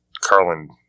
Carlin